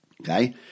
Okay